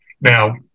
Now